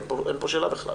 אין כאן שאלה בכלל,